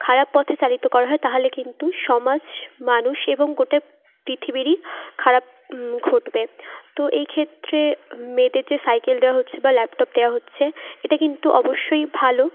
খারাপ পথে চালিত করা হয় তাহলে কিন্তু সমাজ মানুষ এবং গোটা পৃথিবীরই খারাপ ঘটবে তো এই ক্ষেত্রে মেয়েদের যে সাইকেল দেওয়া হচ্ছে বা ল্যাপটপ দেওয়া হচ্ছে এটা কিন্তু অবশ্যই ভালো